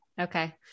Okay